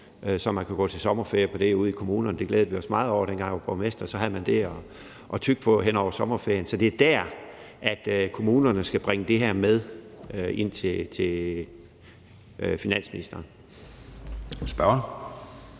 så man kan gå på sommerferie på det ude i kommunerne. Det glædede vi os meget over, dengang jeg var borgmester; så havde man det at tygge på hen over sommerferien. Så det er dér, kommunerne skal bringe det her med ind til finansministeren.